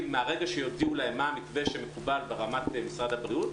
מהרגע שהובהר להם מה המתווה שמקובל על-ידי משרד הבריאות,